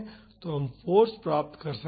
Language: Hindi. तो हम फाॅर्स पा सकते हैं